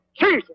Jesus